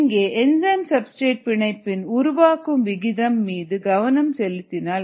இங்கே enzyme substrate பிணைப்பின் உருவாக்கும் விகிதம் மீது கவனம் செலுத்துவோம்